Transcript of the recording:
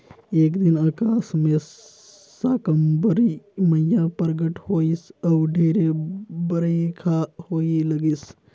एक दिन अकास मे साकंबरी मईया परगट होईस अउ ढेरे बईरखा होए लगिस